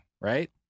right